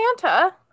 Santa